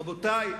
רבותי,